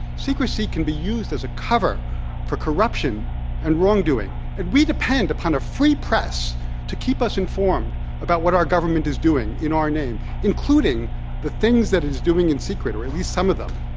secrecy can be used as a cover for corruption and wrong-doing. and we depend upon a free press to keep us informed about what our government is doing in our name, including the things that it's doing in secret, or at least some of them.